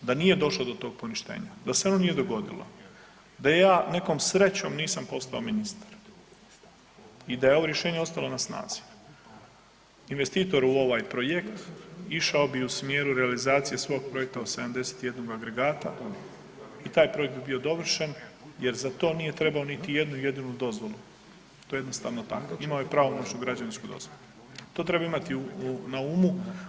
Da nije došlo do tog poništenja, da se ono nije dogodilo, da ja nekom srećom nisam postao ministar i da je ovo rješenje ostalo na snazi, investitor u ovaj projekt išao bi u smjeru realizacije … projekta od 71 agregata i taj projekt bi bio dovršen jer za to nije trebao niti jednu jedinu dozvolu, to je jednostavno tako imao je pravomoćnu građevinsku dozvolu, to treba imati na umu.